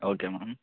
okay ma'am